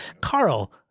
Carl